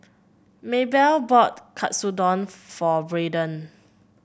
Maebelle bought Katsudon for Braydon